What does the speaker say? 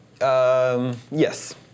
Yes